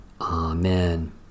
Amen